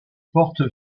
porte